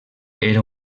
era